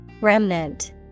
Remnant